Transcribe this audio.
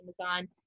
Amazon